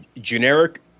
Generic